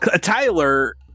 Tyler